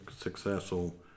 successful